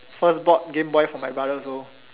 first bought game boy for my brother also